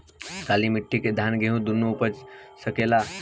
काली माटी मे धान और गेंहू दुनो उपज सकेला?